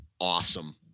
awesome –